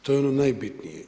To je ono najbitnije.